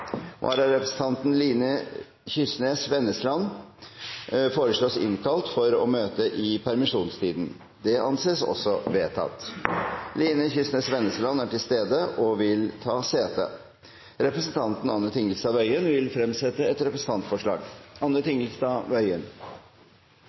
Vararepresentanten, Line Kysnes Vennesland, innkalles for å møte i permisjonstiden. Line Kysnes Vennesland er til stede og vil ta sete. Representanten Anne Tingelstad Wøien vil fremsette et representantforslag.